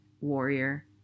warrior